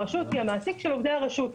הרשות היא המעסיק של עובדי הרשות.